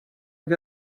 hag